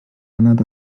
anat